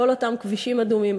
כל אותם כבישים אדומים,